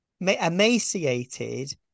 emaciated